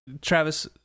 travis